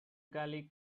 gully